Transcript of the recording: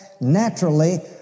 naturally